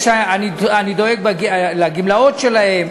אני דואג לגמלאות שלהם,